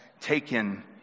taken